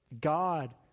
God